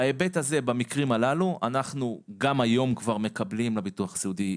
במקרים הללו גם היום אנחנו כבר מקבלים אנשים לביטוח הסיעודי,